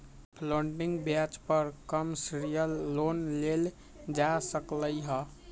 floating ब्याज पर commercial loan लेल जा सकलई ह